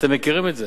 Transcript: אתם מכירים את זה,